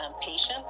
patients